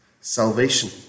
Salvation